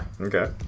okay